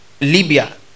Libya